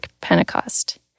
Pentecost